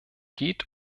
geht